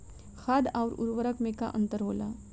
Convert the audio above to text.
खाद्य आउर उर्वरक में का अंतर होला?